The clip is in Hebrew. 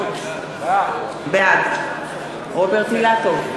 בעד רוברט אילטוב,